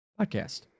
podcast